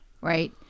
Right